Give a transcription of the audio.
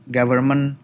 government